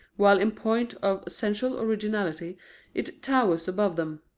while in point of essential originality it towers above them.